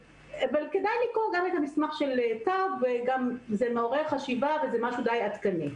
כדאי לקרוא גם את המסמך של טאו שמעורר חשיבה והוא די עדכני.